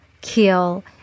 kill